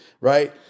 right